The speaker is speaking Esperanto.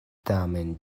tamen